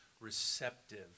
receptive